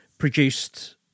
produced